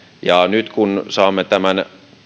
ja nyt kun saamme tämän